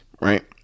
right